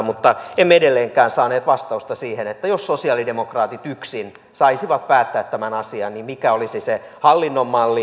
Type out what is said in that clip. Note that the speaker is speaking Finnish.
mutta emme edelleenkään saaneet vastausta siihen että jos sosialidemokraatit yksin saisivat päättää tämän asian niin mikä olisi se hallinnon malli